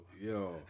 yo